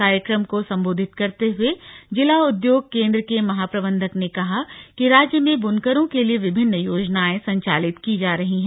कार्यक्रम को संबोधित करते हुए जिला उद्योग केंद्र के महाप्रबंधक ने कहा कि राज्य में ब्नकरों के लिए विभिन्न योजनायें संचालित की जा रही हैं